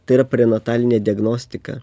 tai yra prenatalinė diagnostika